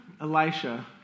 Elisha